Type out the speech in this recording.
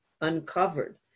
uncovered